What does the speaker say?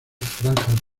franjas